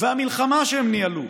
המלחמה שהם ניהלו,